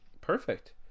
Perfect